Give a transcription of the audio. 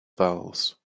vowels